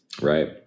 Right